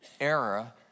era